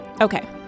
Okay